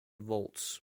vaults